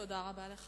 תודה לך.